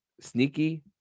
sneaky